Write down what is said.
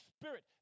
spirit